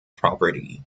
property